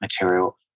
material